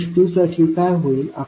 mesh 2 साठी काय होईल